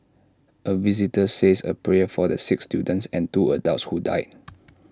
A visitor says A prayer for the six students and two adults who died